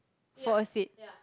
for a seat